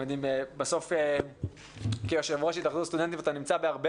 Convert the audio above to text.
בסוף כיושב-ראש התאחדות הסטודנטים אתה נמצא בהרבה